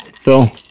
Phil